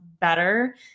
better